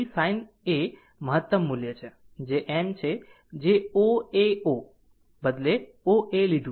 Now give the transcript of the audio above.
અને આ A B એ મહત્તમ મૂલ્ય છે જે m છે જે O A O બદલે O A લીધું